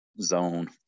zone